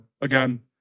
again